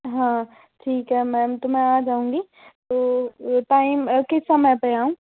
हाँ ठीक है मैम तो मैं आ जाऊंगी तो टाइम किस समय पर आऊँ